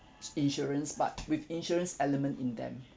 insurance but with insurance element in them